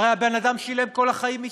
הרי הבן אדם שילם כל החיים מיסים.